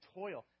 toil